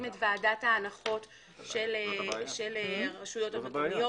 את ועדת ההנחות של הרשויות המקומיות.